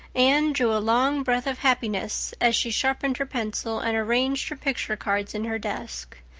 anne drew a long breath of happiness as she sharpened her pencil and arranged her picture cards in her desk.